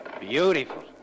Beautiful